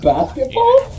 Basketball